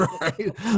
right